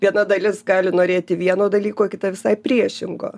viena dalis gali norėti vieno dalyko kita visai priešingo